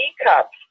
teacups